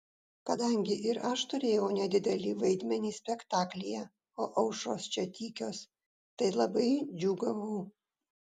kadangi ir aš turėjau nedidelį vaidmenį spektaklyje o aušros čia tykios tai labai džiūgavau